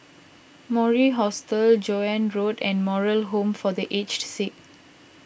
Mori Hostel Joan Road and Moral Home for the Aged Sick